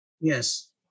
Yes